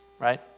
right